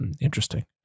Interesting